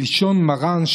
כלשון מרן,